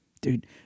Dude